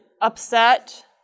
upset